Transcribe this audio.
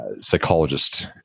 psychologist